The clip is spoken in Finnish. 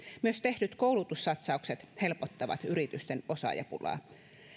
myös tehdyt koulutussatsaukset helpottavat yritysten osaajapulaa